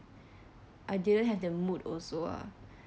I didn't have the mood also ah